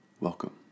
Welcome